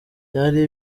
byari